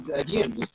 again